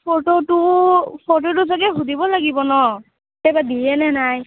ফটোটো ফটোটো যদি সুধিব লাগিব ন' এতিয়া বা দিলেনে নাই